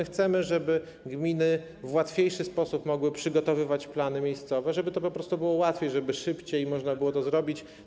Chcemy, żeby gminy w łatwiejszy sposób mogły przygotowywać plany miejscowe, żeby to po prostu było łatwiejsze, żeby szybciej i taniej można było to zrobić.